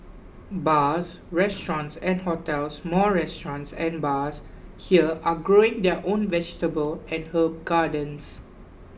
bars restaurants and hotels more restaurants and bars here are growing their own vegetable and herb gardens